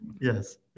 Yes